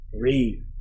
Read